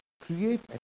Create